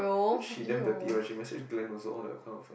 you know she damn dirty one she message Glen also all that kind of